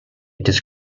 does